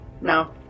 No